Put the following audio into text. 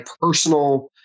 personal